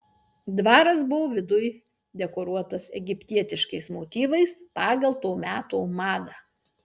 dvaras buvo viduj dekoruotas egiptietiškais motyvais pagal to meto madą